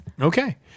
Okay